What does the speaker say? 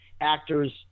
actors